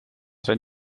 zijn